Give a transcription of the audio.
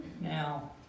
Now